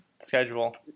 schedule